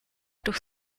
durch